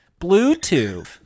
bluetooth